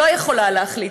לא יכולה להחליט.